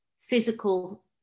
physical